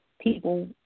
people